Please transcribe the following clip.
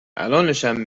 الانشم